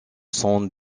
sans